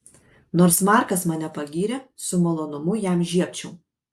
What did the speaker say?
nors markas mane pagyrė su malonumu jam žiebčiau